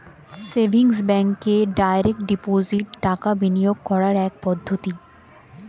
savings ব্যাঙ্কে direct deposit টাকা বিনিয়োগ করার একটি পদ্ধতি